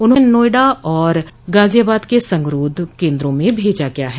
उन्हें नाएडा और गाजियाबाद के संगरोध केंद्रों में भेजा गया है